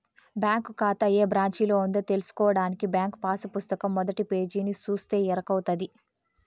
bank కాతా ఏ బ్రాంచిలో ఉందో తెల్సుకోడానికి బ్యాంకు పాసు పుస్తకం మొదటి పేజీని సూస్తే ఎరకవుతది